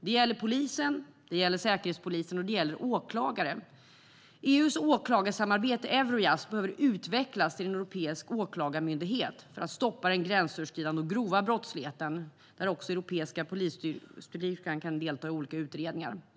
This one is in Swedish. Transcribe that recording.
Det gäller polisen, det gäller säkerhetspolisen och det gäller åklagare. För att stoppa den gränsöverskridande och grova brottsligheten behöver EU:s åklagarsamarbete Eurojust utvecklas till en europeisk åklagarmyndighet, där också den europeiska polisstyrkan kan delta i utredningar.